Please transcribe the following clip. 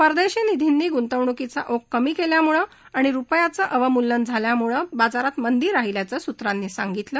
परदेशी निधींनी गूंतवणूकीचा ओघ कमी केल्यामुळे आणि रुपयाचं अवमुल्यन झाल्यामुळे बाजारात मंदी राहिल्याचं सुत्रांनी सांगितलं